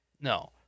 No